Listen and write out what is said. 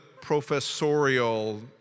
professorial